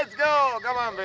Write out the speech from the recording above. let's go! come um but